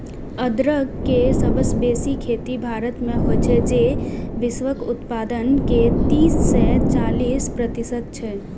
अदरक के सबसं बेसी खेती भारत मे होइ छै, जे वैश्विक उत्पादन के तीस सं चालीस प्रतिशत छै